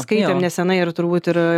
skaitėm neseniai ir turbūt ir